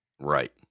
Right